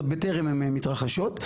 עוד בטרם הן מתחרשות.